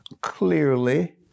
clearly